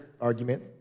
argument